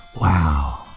Wow